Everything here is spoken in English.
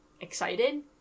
excited